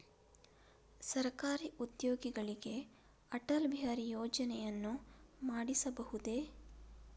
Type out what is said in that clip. ಸರಕಾರಿ ಉದ್ಯೋಗಿಗಳಿಗೆ ಅಟಲ್ ಬಿಹಾರಿ ಯೋಜನೆಯನ್ನು ಮಾಡಿಸಬಹುದೇ?